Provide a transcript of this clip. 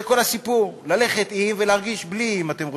זה כל הסיפור, ללכת עם ולהרגיש בלי, אם אתם רוצים.